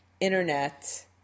internet